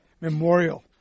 memorial